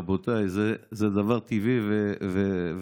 רבותיי, זה דבר טבעי וטריוויאלי.